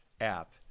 app